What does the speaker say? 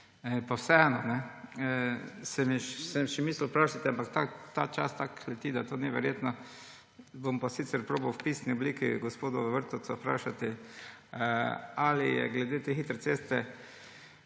Pa vseeno sem še mislil vprašati, ampak ta čas tako leti, da je to neverjetno. Bom pa sicer poskusil v pisni obliki gospoda Vrtovca vprašati: Ali je glede te hitre ceste